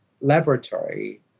laboratory